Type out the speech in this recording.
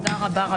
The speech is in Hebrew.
הישיבה נעולה.